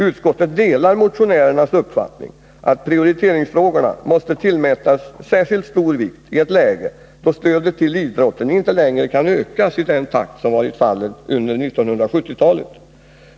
Utskottet delar motionärernas uppfattning att prioriteringsfrågorna måste tillmätas särskilt stor vikt i ett läge då stödet till idrotten inte längre kan ökas i den takt som varit fallet under 1970-talet.